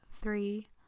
three